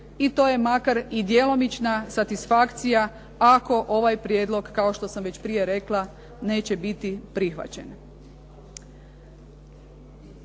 I to je makar i djelomična satisfakcija ako ovaj prijedlog kao što sam već i prije rekla neće biti prihvaćen.